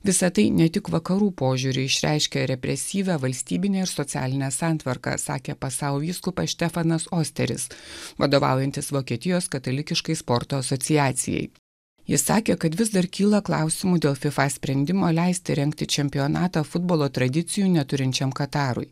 visą tai ne tik vakarų požiūrį išreiškia represyvią valstybinę ir socialine santvarka sakė pasaulio vyskupas stefanas osteris vadovaujantis vokietijos katalikiškai sporto asociacijai jis sakė kad vis dar kyla klausimų dėl fifa sprendimo leisti rengti čempionatą futbolo tradicijų neturinčiam katarui